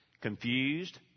Confused